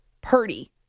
Purdy